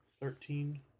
Thirteen